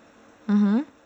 mm